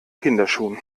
kinderschuhen